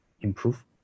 improve